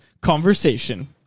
Conversation